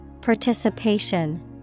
Participation